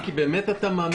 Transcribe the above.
באמת אתה מאמין לזה?